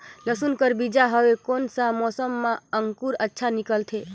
लसुन कर बीजा हवे कोन सा मौसम मां अंकुर अच्छा निकलथे?